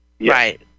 Right